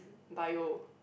Bio